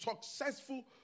successful